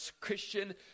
Christian